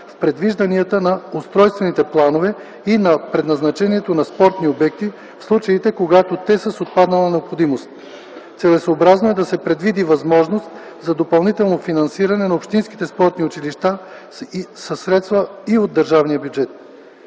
в предвижданията на устройствените планове и на предназначението на спортни обекти, в случаите когато те са с отпаднала необходимост. Целесъобразно е да се предвиди възможност за допълнително финансиране на общинските спортни училища със средства и от държавния бюджет.